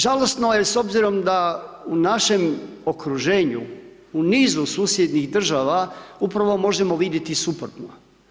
Žalosno je s obzirom da u našem okruženju, u nizu susjednih država upravo možemo vidjeti suprotno.